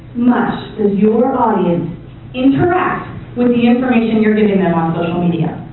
much does your audience interact with the information you're giving them on social media.